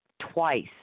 twice